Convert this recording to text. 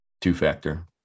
two-factor